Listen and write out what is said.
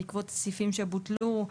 בעקבות סעיפים שבוטלו.